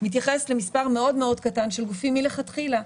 מתייחס למספר מאוד מאוד קטן של גופים מלכתחילה.